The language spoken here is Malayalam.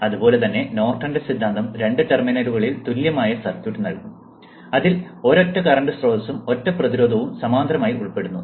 അതുപോലെതന്നെ നോർട്ടന്റെ സിദ്ധാന്തം രണ്ട് ടെർമിനലുകളിൽ തുല്യമായ സർക്യൂട്ട് നൽകും അതിൽ ഒരൊറ്റ കറന്റ് സ്രോതസ്സും ഒറ്റ പ്രതിരോധവും സമാന്തരമായി ഉൾപ്പെടുന്നു